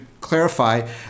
clarify